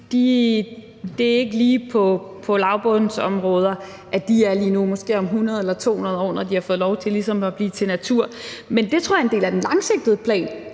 det er ikke lige på lavbundsområder, de er lige nu. Det er de måske om 100 eller 200 år, når de har fået lov til ligesom at blive til natur. Det tror jeg er en del af den langsigtede plan,